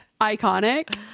iconic